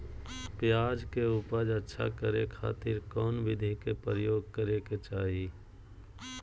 प्याज के उपज अच्छा करे खातिर कौन विधि के प्रयोग करे के चाही?